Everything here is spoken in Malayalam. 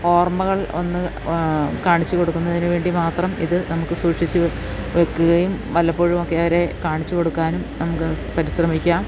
ഓർമ്മകൾ ഒന്ന് കാണിച്ചുകൊടുക്കുന്നതിനുവേണ്ടി മാത്രം ഇതു നമുക്കു സൂക്ഷിച്ചുവയ്ക്കുകയും വല്ലപ്പോഴും ഒക്കെ അവരെ കാണിച്ചു കൊടുക്കാനും നമുക്കു പരിശ്രമിക്കാം